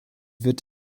wird